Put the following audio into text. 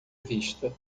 vista